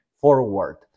forward